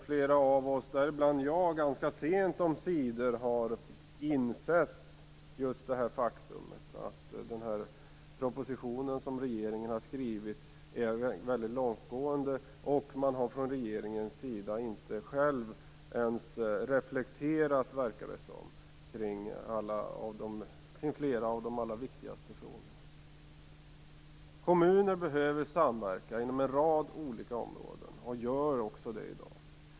Flera av oss, däribland jag, insåg sent omsider detta faktum. Den proposition regeringen har lagt fram är långtgående. Det verkar som att inte ens regeringen har reflekterat kring flera av de viktigaste frågorna. Kommuner behöver samverka inom en rad olika områden. De gör också det i dag.